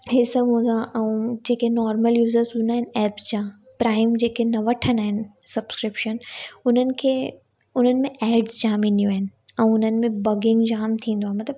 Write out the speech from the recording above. हीअ सभु हूंदो आहे ऐं जेके नॉर्मल यूज़र्स हूंदा आहिनि एप्स जा प्राइम जेके न वठंदा आहिनि सब्सक्रिप्शन उन्हनि खे उन्हनि में एड्स जाम ईंदियूं आहिनि ऐं उन्हनि में बगिंग जाम थींदो आहे मतिलबु